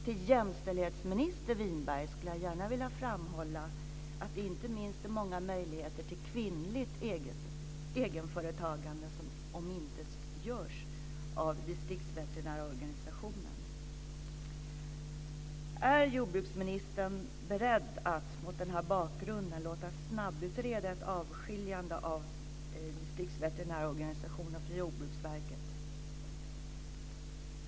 Till jämställdhetsminister Winberg skulle jag gärna vilja framhålla att det inte minst är många möjligheter till kvinnligt egenföretagande som omintetgörs av distriktsveterinärorganisationen. Är jordbruksministern beredd att mot den här bakgrunden låta snabbutreda ett avskiljande av distriktsveterinärorganisationen från Jordbruksverket?